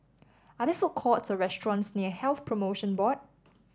are there food courts or restaurants near Health Promotion Board